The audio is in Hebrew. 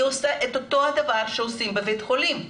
היא עושה את אותו הדבר שעושים בבית החולים,